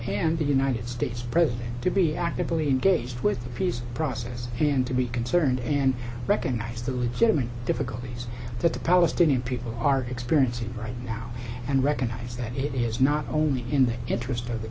and the united states president to be actively engaged with the peace process and to be concerned and recognize the legitimacy difficulties that the palestinian people are experiencing right now and recognize that it is not only in the interest of the